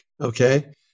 okay